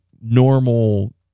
normal